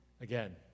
Again